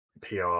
PR